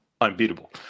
unbeatable